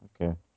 Okay